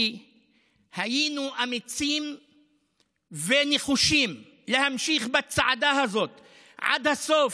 כי היינו אמיצים ונחושים להמשיך בצעדה הזאת עד הסוף,